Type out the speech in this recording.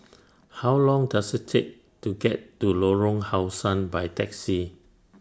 How Long Does IT Take to get to Lorong How Sun By Taxi